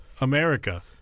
America